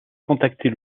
contacter